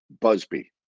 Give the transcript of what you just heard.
Busby